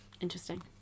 interesting